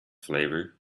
flavor